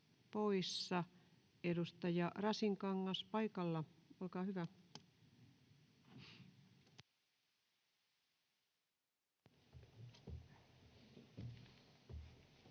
Edustaja Rasinkangas paikalla. Olkaa hyvä.